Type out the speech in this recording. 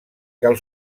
cal